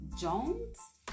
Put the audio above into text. Jones